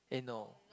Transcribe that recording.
eh no